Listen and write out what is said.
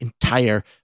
entire